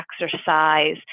exercise